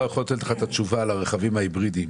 לתת לך את התשובה לגבי הרכבים ההיברידיים.